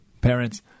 parents